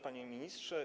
Panie Ministrze!